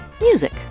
music